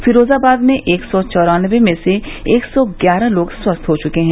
फिरोजाबाद में एक सौ चौरानबे में से एक सौ ग्यारह लोग स्वस्थ हो चुके हैं